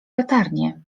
latarnię